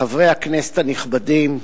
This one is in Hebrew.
חברי הכנסת הנכבדים,